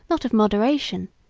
not of moderation,